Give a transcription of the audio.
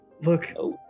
Look